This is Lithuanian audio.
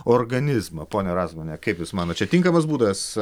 organizmą pone razmuviene kaip jūs manot čia tinkamas būdas